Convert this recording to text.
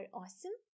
awesome